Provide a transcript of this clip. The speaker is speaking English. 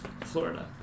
Florida